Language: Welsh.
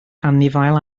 anifail